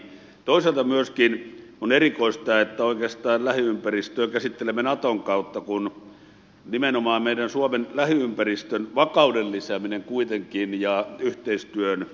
toisaalta myöskin on erikoista että oikeastaan lähiympäristöä käsittelemme naton kautta kun kuitenkin nimenomaan meidän suomen lähiympäristön vakauden lisääminen ja yhteistyön lisääminen on kansallinen etu